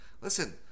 Listen